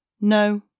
No